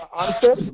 answer